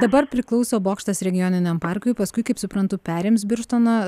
dabar priklauso bokštas regioniniam parkui paskui kaip suprantu perims birštoną